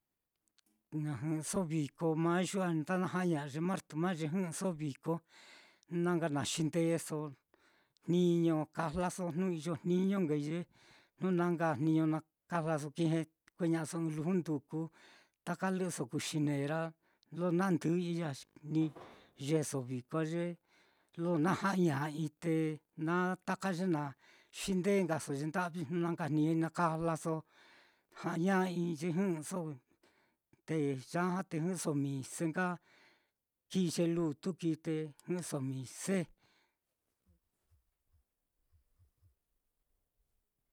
Na jɨꞌɨso viko mayu á nda naja'aña'a ye martuma á, ye jɨꞌɨso viko na nka na xindeso, jniño kajlaso, jnu iyo jniño nkai ye jnu na nka jniño na kajlaso, -ki ña'aso ɨ́ɨ́n luju nduku taka lɨꞌɨso kuxinera lo nandɨꞌɨi ya á, xi ni yeeso viko lo naja'aña'ai te na taka ye na xinde nkasoye nda'vi jnu na nka kuu jniñoi na kajlaso ja'aña'ai ye jɨꞌɨso, te yajá te jɨꞌɨso mise nka, kii ye lutu kii te jɨꞌɨso mise.